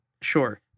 Sure